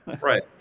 Right